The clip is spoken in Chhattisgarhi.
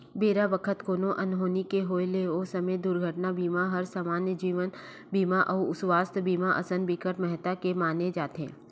बेरा बखत कोनो अनहोनी के होय ले ओ समे म दुरघटना बीमा हर समान्य जीवन बीमा अउ सुवास्थ बीमा असन बिकट महत्ता के माने जाथे